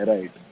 Right